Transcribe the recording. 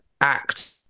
act